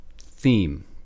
theme